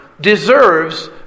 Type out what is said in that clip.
deserves